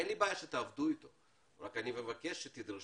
אין לי בעיה שתעבדו איתו רק אני מבקש שתדרשו